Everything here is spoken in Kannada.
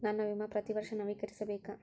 ನನ್ನ ವಿಮಾ ಪ್ರತಿ ವರ್ಷಾ ನವೇಕರಿಸಬೇಕಾ?